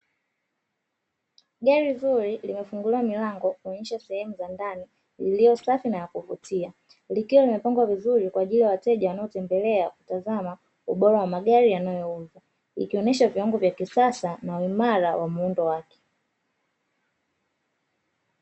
Gari zuri limefunguliwa milango kuonyesha sehemu za ndani iliyo safi na yakuvutia, ikiwa imepangwa vizuri kwa ajili ya wateja wanaotembelea kwa ajili ya kutazama ubora wa magari yanayouzwa, ikionyesha viwango vya kisasa na uimara wa muundo wake.